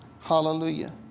Hallelujah